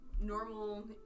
normal